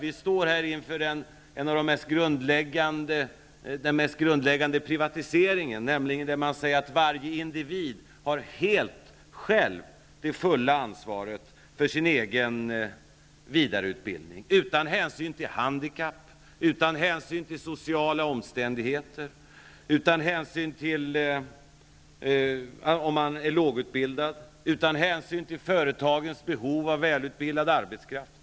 Vi står här inför den mest grundläggande privatiseringen, när man säger att varje individ själv har det fulla ansvaret för sin egen vidareutbildning, utan hänsyn till handikapp, sociala omständigheter, låg utbildning eller företagens behov av välutbildad arbetskraft.